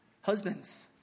Husbands